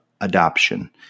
Adoption